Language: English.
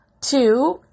Two